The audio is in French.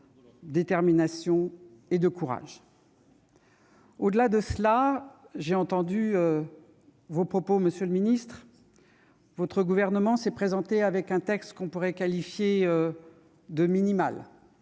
de détermination et de courage. J'ai entendu vos propos, monsieur le ministre. Votre gouvernement s'est présenté avec un texte que l'on pourrait qualifier de « minimal